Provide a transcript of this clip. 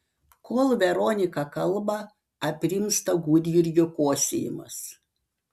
kol veronika kalba aprimsta gudjurgio kosėjimas